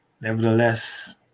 Nevertheless